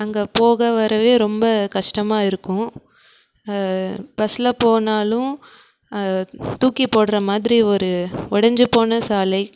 அங்கே போக வரவே ரொம்ப கஷ்டமாக இருக்கும் பஸ்ஸில் போனாலும் தூக்கி போடுகிற மாதிரி ஒரு உடஞ்சி போன சாலை